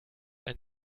ein